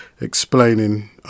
explaining